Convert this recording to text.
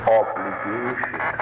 obligation